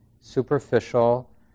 superficial